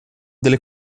delle